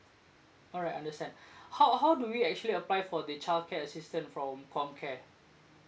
alright understand how how do we actually apply for the childcare assistant from COMCARE